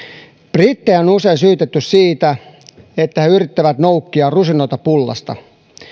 brittejä on on usein syytetty siitä että he yrittävät noukkia rusinoita pullasta